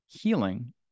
healing